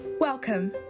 Welcome